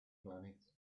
planet